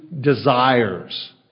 desires